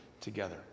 together